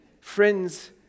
friends